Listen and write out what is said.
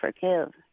forgive